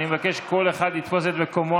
אני מבקש שכל אחד יתפוס את מקומו,